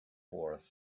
forth